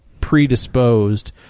predisposed